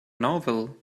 novel